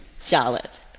Charlotte